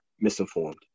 misinformed